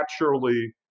naturally